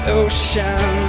ocean